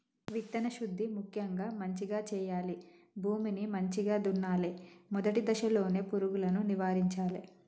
విత్తన శుద్ధి ముక్యంగా మంచిగ చేయాలి, భూమిని మంచిగ దున్నలే, మొదటి దశలోనే పురుగులను నివారించాలే